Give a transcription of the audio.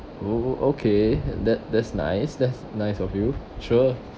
oh oh okay that that's nice that's nice of you sure